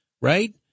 right